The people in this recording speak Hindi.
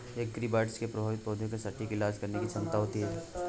एग्रीबॉट्स में प्रभावित पौधे का सटीक इलाज करने की क्षमता होती है